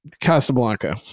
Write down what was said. Casablanca